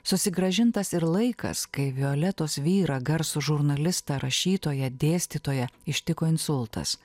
susigrąžintas ir laikas kai violetos vyrą garsų žurnalistą rašytoją dėstytoją ištiko insultas